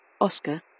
Oscar